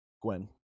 gwen